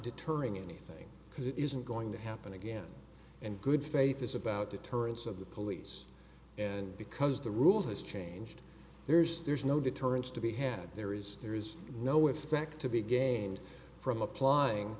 deterring anything because it isn't going to happen again and good faith is about deterrence of the police and because the rules has changed there's there's no deterrence to be had there is there is no effect to be gained from applying